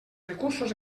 recursos